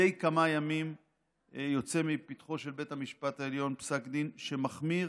מדי כמה ימים יוצא מפתחו של בית המשפט העליון פסק דין שמחמיר